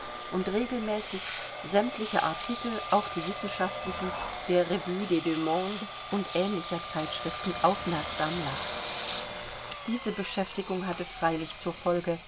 und regelmäßig sämtliche artikel auch die wissenschaftlichen der revue des deux mondes und ähnlicher zeitschriften aufmerksam las diese beschäftigung hatte freilich zur folge